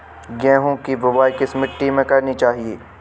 गेहूँ की बुवाई किस मिट्टी में करनी चाहिए?